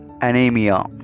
anemia